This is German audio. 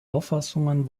auffassungen